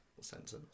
Sentence